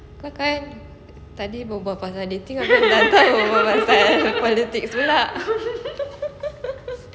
kelakar eh tadi berbual pasal dating abeh tak pasal-pasal berbual pasal politics pula